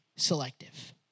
selective